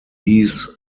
dies